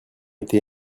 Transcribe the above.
été